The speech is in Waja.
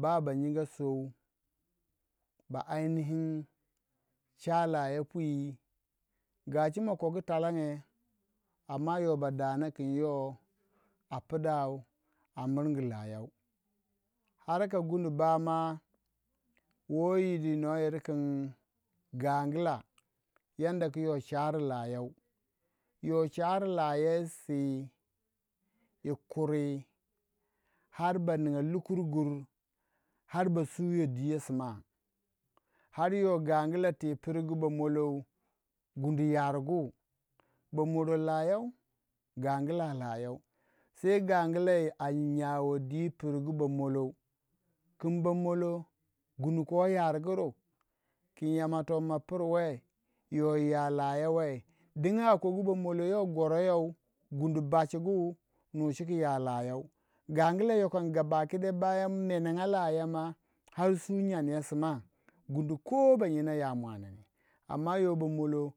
ba bab nyinga sou ba ayinihin pu chari laya pwi gajimo ma hogu talange amma yoh ba dona kin yoh a pidow a miringi layou har ka gundu bai ma woi yidi wu noh yir kin gangla yanda ku yoh chari layanci yoh chari layou yi si yi kuri har ba ninga lukur gur har ba suyo dwi yey suma har yoh gangla twi pirgu bamoloh gundu yargu bamolo layau gangila layou. sei gangila a nyore dwi pirgu bamolar kin bamolo dungu ko yargu kin yamaloh mah pur weh yo ya layou wheh dingin a kogu bamolo yoh bomolo yo gorou you gundu bachigu nu cika ya layau, gangla yo kam, gabakidaya bayan a menega layau ma har su nyamu you sma amma yo bomolo.